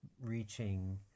reaching